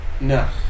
No